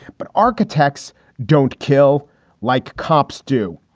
but architects don't kill like cops do.